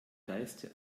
geiste